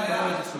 תקבל את התשובה.